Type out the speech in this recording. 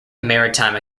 maritime